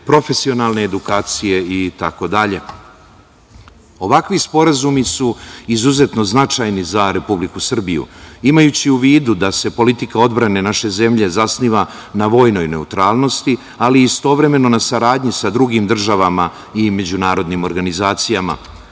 profesionalne edukacije i tako dalje. Ovakvi sporazumi su izuzetno značajni za Republiku Srbiju. Imajući u vidu da se politika odbrane naše zemlje zasniva na vojnoj neutralnosti, ali istovremeno na saradnji sa drugim državama i međunarodnim organizacijama.